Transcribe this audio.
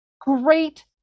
great